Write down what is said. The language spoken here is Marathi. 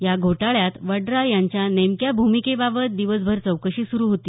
या घोटाळयात वड्रा यांच्या नेमक्या भूमिकेबाबत दिवसभर चौकशी सुरु होती